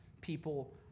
people